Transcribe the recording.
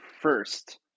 first